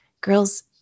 girls